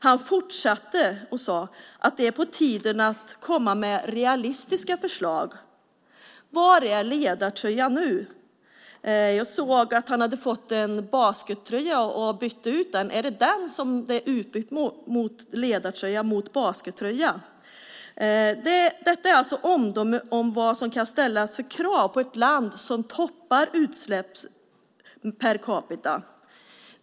Han fortsatte med att säga att det är på tiden att komma med realistiska förslag. Var är ledartröjan nu? Jag såg att han hade fått en baskettröja. Är det den som ledartröjan har bytts ut mot? Detta anses alltså vara de krav som kan ställas på ett land som toppar listan över mängden utsläpp per capita.